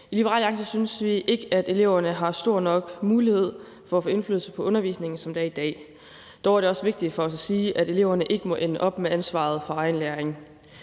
I Liberal Alliance synes vi ikke, at eleverne har stor nok mulighed for at få indflydelse på undervisningen, som det er i dag. Dog er det også vigtigt for os at sige, at eleverne ikke må ende op med ansvaret for egen læring.